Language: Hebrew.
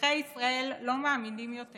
אזרחי ישראל לא מאמינים יותר